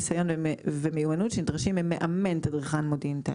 הניסיון והמיומנות שנדרשים ממאמן תדריכן מודיעין טיס.